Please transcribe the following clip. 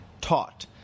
taught